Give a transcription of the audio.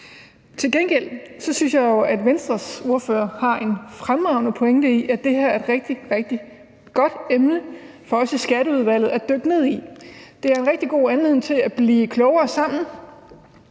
Til gengæld synes jeg jo, at Venstres ordfører har en fremragende pointe i, at det her er et rigtig, rigtig godt emne for os i Skatteudvalget at dykke ned i. Det er jo en rigtig god anledning til at blive klogere sammen.